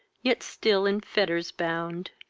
yet still in fetters bound.